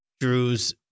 Drew's